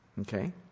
okay